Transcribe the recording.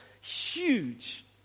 huge